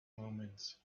moments